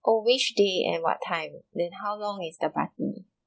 oh which day and what time then how long is the party